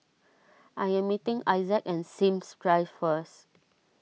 I am meeting Isaac at Sims Drive first